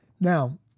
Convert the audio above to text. Now